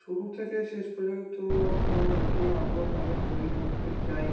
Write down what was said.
শুরু থেকে শেষ পর্যন্ত কোনো নতুন আর্টওয়ার্ক আমি তৈরি করতে যাই